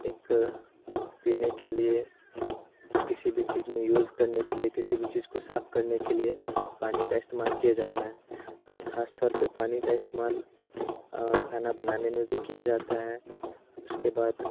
एक पीने के लिए किसी भी चीज़ में यूज़ करने के लिए किसी भी चीज़ को साफ़ करने के लिए पानी का इस्तेमाल किया जाता है और खास तौर पे पानी का इस्तेमाल खाना बनाने में भी किया जाता है उसके बाद